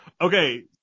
Okay